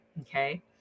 Okay